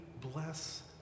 bless